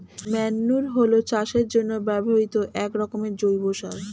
manure হলো চাষের জন্য ব্যবহৃত একরকমের জৈব সার